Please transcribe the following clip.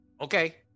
Okay